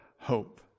hope